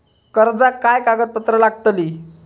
कर्जाक काय कागदपत्र लागतली?